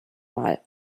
mal